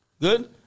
Good